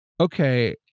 okay